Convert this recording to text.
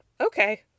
Okay